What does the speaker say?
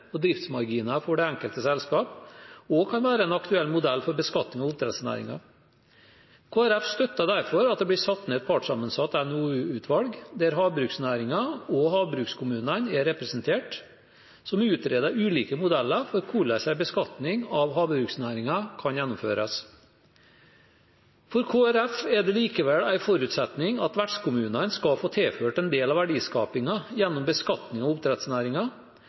og driftsmarginer for det enkelte selskap også kan være en aktuell modell for beskatning av oppdrettsnæringen. Kristelig Folkeparti støtter derfor at det blir satt ned et partssammensatt NOU-utvalg, der havbruksnæringen og havbrukskommunene er representert, som utreder ulike modeller for hvordan en beskatning av havbruksnæringen kan gjennomføres. For Kristelig Folkeparti er det likevel en forutsetning at vertskommunene skal få tilført en del av verdiskapingen gjennom beskatning av oppdrettsnæringen, og